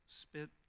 Spit